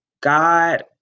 God